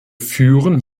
führen